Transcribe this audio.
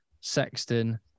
Sexton